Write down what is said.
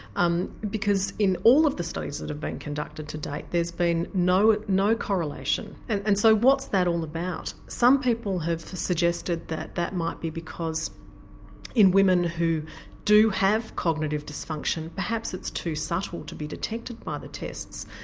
um because in all of the studies that have been conducted to date there's been no no correlation. and and so what's that all about? some people have suggested that that might be because in women who do have cognitive dysfunction perhaps it's too subtle to be detected by the tests.